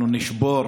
נשבור